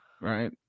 Right